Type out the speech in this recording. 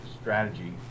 strategy